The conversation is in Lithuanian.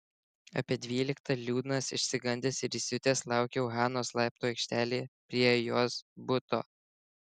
apie dvyliktą liūdnas išsigandęs ir įsiutęs laukiau hanos laiptų aikštelėje prie jos buto